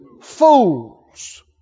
fools